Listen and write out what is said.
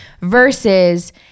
versus